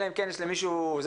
אלא אם כן למישהו יש משהו.